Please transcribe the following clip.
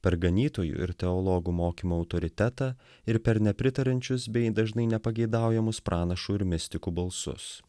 per ganytojų ir teologų mokymo autoritetą ir per nepritariančius bei dažnai nepageidaujamus pranašų ir mistikų balsus